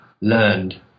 learned